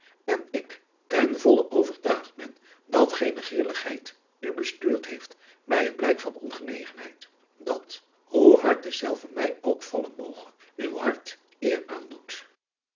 en ik ten volle overtuigd ben dat geene grilligheid u bestuurd heeft bij het blijk van ongenegenheid dat hoe hard dezelve mij ook vallen moge uw hart eer aandoet